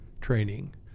training